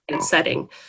setting